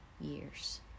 years